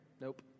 Nope